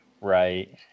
Right